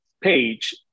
page